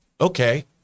okay